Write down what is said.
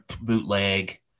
bootleg